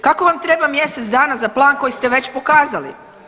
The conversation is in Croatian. Kako vam treba mjesec dana za plan koji ste već pokazali?